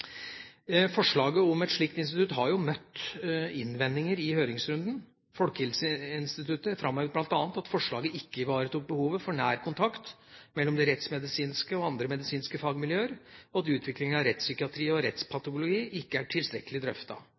Forslaget om et slikt institutt har møtt innvendinger i høringsrunden. Folkehelseinstituttet framhevet bl.a. at forslaget ikke ivaretok behovet for nær kontakt mellom de rettsmedisinske og andre medisinske fagmiljøer, og at utviklingen av rettspsykiatri og rettspatologi ikke er tilstrekkelig